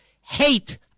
hate